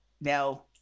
now